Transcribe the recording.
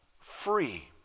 free